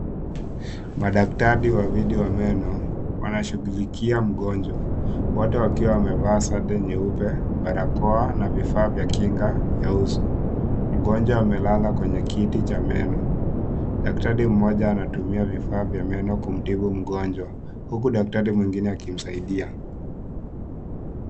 Madaktari wawili wa meno wanashughulikia mgonjwa, wote wakiwa wamevaa zare nyeupe na barakoa na vifaa vya kinga vya uso, mgonjwa amelala kwenye kiti cha meno, daktari moja anatumia vifaa vya meno kumtibu mgonjwa huku daktari mwingine akimsaidia.